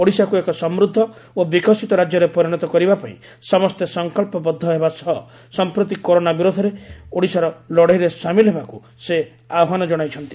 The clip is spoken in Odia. ଓଡିଶାକୁ ଏକ ସମୃଦ୍ଧ ଓ ବିକଶିତ ରାଜ୍ୟରେ ପରିଣତ କରିବା ପାଇଁ ସମସ୍ତେ ସଂକଳ୍ବବଦ୍ଧ ହେବା ସହ ସଂପ୍ରତି କରୋନା ବିରୋଧରେ ଓଡିଶାର ଲଢେଇରେ ସାମିଲ ହେବାକୁ ସେ ଆହ୍ବାନ ଜଣାଇଛନ୍ତି